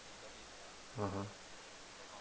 mmhmm